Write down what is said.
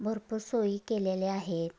भरपूर सोयी केलेल्या आहेत